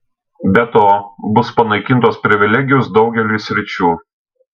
be to bus panaikintos privilegijos daugeliui sričių